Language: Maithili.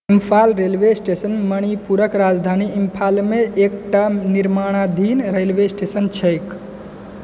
इम्फाल रेलवे स्टेशन मणिपुरके राजधानी इम्फालमे एकटा निर्माणाधीन रेलवे स्टेशन छै